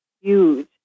huge